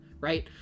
right